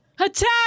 Attack